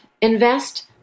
invest